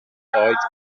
choice